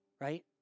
Right